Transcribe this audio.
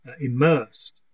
immersed